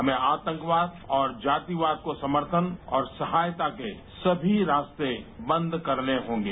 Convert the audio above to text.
हमें आतंकवाद और जातिवाद को समर्थन और सहायता के सभी रास्ते बंद करने होंगे